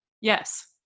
Yes